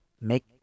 make